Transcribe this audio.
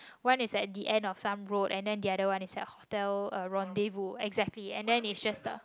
one is at the end of some road and then the other one is at Hotel-Rendezvous exactly and then it's just the